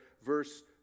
Verse